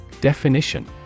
Definition